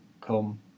come